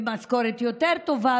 עם משכורת יותר טובה,